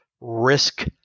risk